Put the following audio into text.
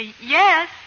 yes